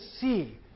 see